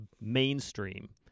mainstream